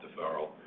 deferral